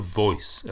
voice